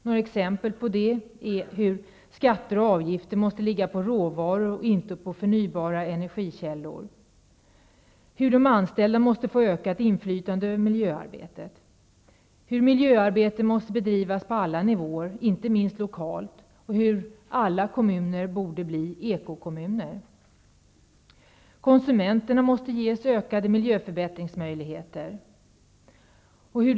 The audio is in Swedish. Några exempel på detta är att skatter och avgifter måste ligga på råvaror och inte på förnybara energikällor, att anställda måste få ökat inflytande över miljöarbetet, att miljöarbetet måste bedrivas på alla nivåer, inte minst lokalt, och att alla kommuner borde bli ekokommuner. Konsumenterna måste ges ökade möjligheter att förbättra miljön.